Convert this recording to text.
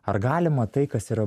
ar galima tai kas yra